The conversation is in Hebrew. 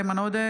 איימן עודה,